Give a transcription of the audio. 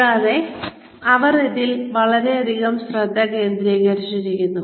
കൂടാതെ അവർ ഇതിൽ വളരെയധികം ശ്രദ്ധ കേന്ദ്രീകരിക്കുന്നു